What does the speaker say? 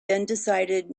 decided